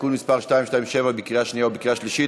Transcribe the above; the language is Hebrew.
(תיקון מס' 227) בקריאה שנייה ובקריאה שלישית.